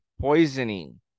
poisoning